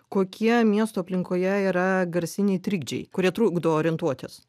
kokie miesto aplinkoje yra garsiniai trikdžiai kurie trukdo orientuotis